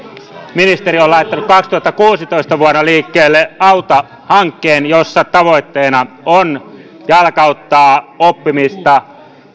ovat laittaneet vuonna kaksituhattakuusitoista liikkeelle auta hankkeen jossa tavoitteena on jalkauttaa oppimista